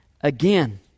again